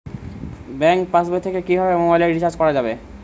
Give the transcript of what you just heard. Bank পাশবই থেকে কিভাবে মোবাইল রিচার্জ করা যাবে?